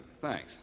Thanks